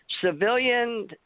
civilian